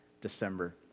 December